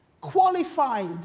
qualified